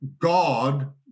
God